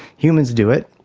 humans do it,